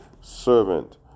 servant